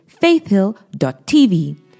faithhill.tv